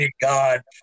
God